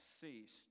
ceased